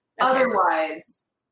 Otherwise